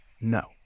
no